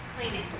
Cleaning